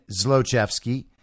Zlochevsky